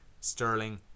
Sterling